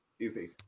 Easy